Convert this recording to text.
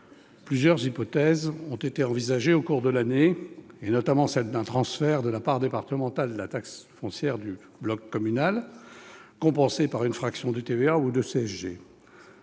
Plusieurs hypothèses ont été envisagées au cours de l'année, notamment un transfert de la part départementale de la taxe foncière au bloc communal, compensé par une fraction de TVA ou de CSG.